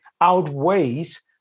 outweighs